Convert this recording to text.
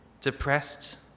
depressed